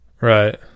Right